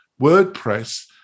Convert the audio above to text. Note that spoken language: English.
WordPress